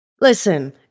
Listen